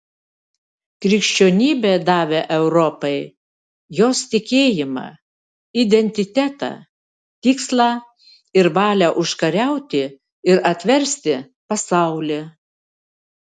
krikščionybė davė europai jos tikėjimą identitetą tikslą ir valią užkariauti ir atversti pasaulį